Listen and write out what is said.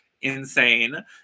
insane